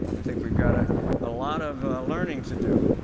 i think we've got a ah lot of learning to do.